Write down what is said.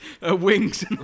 wings